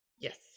Yes